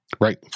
Right